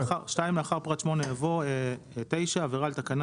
לאחר פרט 8 יבוא: "(9) עבירה על תקנה